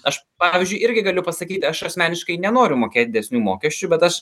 aš pavyzdžiui irgi galiu pasakyt aš asmeniškai nenoriu mokėt didesnių mokesčių bet aš